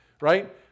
Right